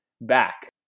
back